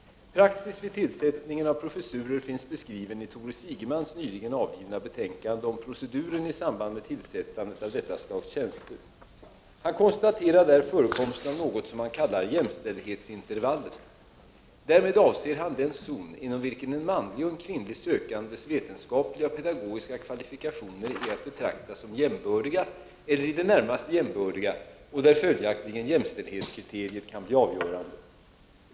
Praxis vid tillsättningen av professurer finns beskriven i Tore Sigemans nyligen avgivna betänkande om proceduren i samband med tillsättandet av detta slags tjänster. Han konstaterar där förekomsten av något som han kallar jämställdhetsintervallet. Därmed avser han den zon, inom vilken en manlig och en kvinnlig sökandes vetenskapliga och pedagogiska kvalifikationer är att betrakta som jämbördiga eller i det närmaste jämbördiga och där följaktligen jämställdhetskriteriet kan bli avgörande.